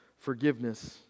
forgiveness